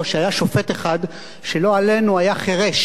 שהיה שופט אחד שלא עלינו היה חירש.